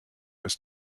ist